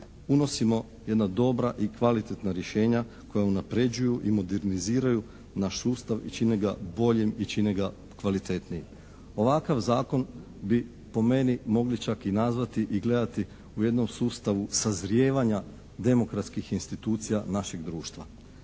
unosimo jedna dobra i kvalitetna rješenja koja unapređuju i moderniziraju naš sustav i čine ga boljim i čine ga kvalitetnijim. Ovakav zakon bi po meni mogli čak i nazvati i gledati u jednom sustavu sazrijevanja demokratskih institucija našeg društva.